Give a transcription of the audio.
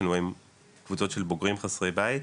יש לנו קבוצות של בוגרים חסרי בית,